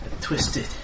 twisted